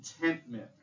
contentment